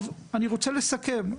אני רוצה לסכם.